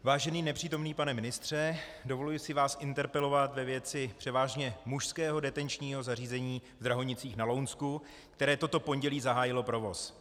Vážený nepřítomný pane ministře, dovoluji si vás interpelovat ve věci převážně mužského detenčního zařízení v Drahonicích na Lounsku, které toto pondělí zahájilo provoz.